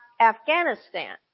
Afghanistan